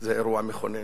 זה אירוע מכונן.